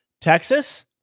Texas